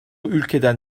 ülkeden